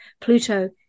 pluto